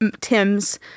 Tim's